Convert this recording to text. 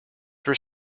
were